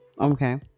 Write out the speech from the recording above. Okay